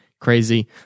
crazy